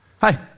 Hi